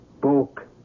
book